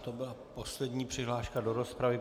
To byla poslední přihláška do rozpravy.